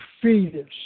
fetus